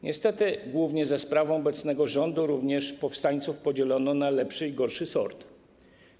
Niestety głównie za sprawą obecnego rządu także powstańców podzielono na lepszy i gorszy sort.